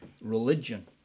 religion